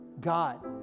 God